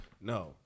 No